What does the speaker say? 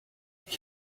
ich